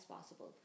possible